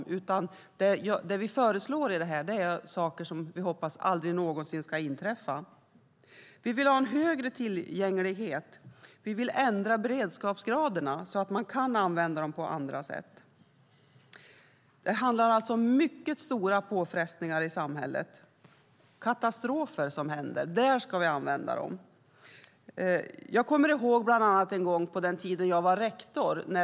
Det vi föreslår här rör saker som vi hoppas aldrig någonsin ska inträffa. Vi vill ha en högre tillgänglighet. Vi vill ändra beredskapsgraderna så att man kan använda dem på andra sätt. Det handlar alltså om mycket stora påfrestningar i samhället. Det är när det händer katastrofer vi ska använda dem. Jag kommer ihåg en gång på den tiden när jag var rektor.